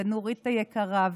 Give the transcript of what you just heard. ונורית היקרה,